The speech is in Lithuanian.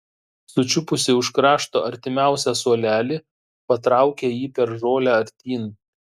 sučiupusi už krašto artimiausią suolelį patraukė jį per žolę artyn